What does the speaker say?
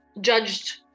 judged